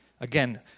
Again